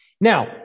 Now